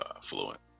fluent